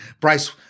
Bryce